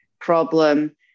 problem